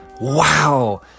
Wow